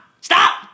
Stop